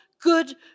good